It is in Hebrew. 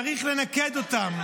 צריך לנקד אותן.